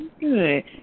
Good